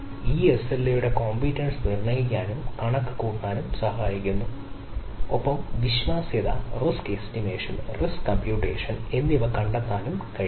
ഇവ എസ്എൽഎയുടെ കോംപീറ്റൻസ് എന്നിവ കണ്ടെത്താനും കഴിയും